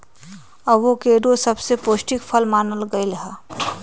avocado सबसे पौष्टिक फल मानल गेलई ह